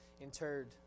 interred